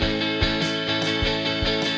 the